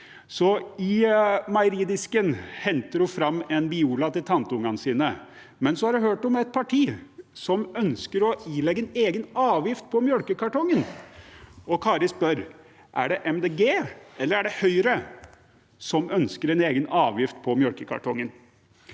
i meieridisken henter hun fram en Biola til tanteungene sine. Men så har hun hørt om et parti som ønsker å ilegge en egen avgift på melkekartongen, og Kari spør: Er det Miljøpartiet De Grønne eller Høyre som ønsker en egen avgift på melkekartongen?